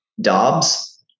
Dobbs